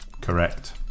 correct